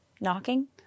knocking